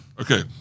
Okay